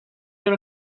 your